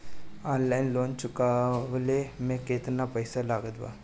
Online loan चुकवले मे केतना पईसा लागत बा?